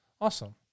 Awesome